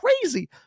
crazy